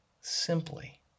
simply